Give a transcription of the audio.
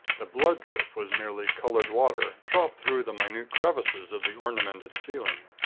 the blood-drip was merely colored water, dropped through the minute crevices of the ornamented ceiling.